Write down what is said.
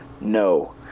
No